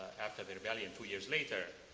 after the rebellion two years later.